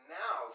now